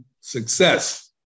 success